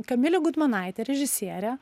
kamilė gudmonaitė režisierė